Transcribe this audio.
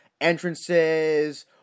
entrances